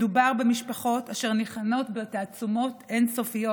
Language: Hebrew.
מדובר במשפחות אשר ניחנות בתעצומות אין-סופיות.